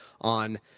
on